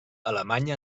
alemanya